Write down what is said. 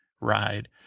ride